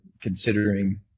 considering